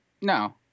No